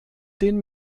den